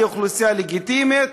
היא אוכלוסייה לגיטימית,